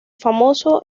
famoso